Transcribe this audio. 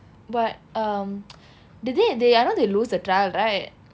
what um did they they I know they lose the trial right